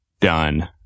done